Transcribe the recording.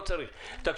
לא צריך תגובה.